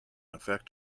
effect